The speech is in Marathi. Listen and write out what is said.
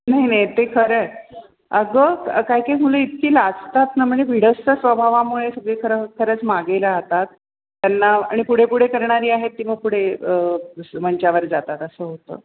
नाही नाही ते खरं आहे अगं काही काही मुलं इतकी लाजतात ना म्हणजे भिडस्त स्वभावामुळेच ते खरं खरंच मागे राहतात त्यांना आणि पुढे पुढे करणारी आहेत ती मग पुढे स मंचावर जातात असं होतं